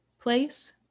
place